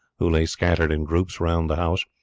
who lay scattered in groups round the house,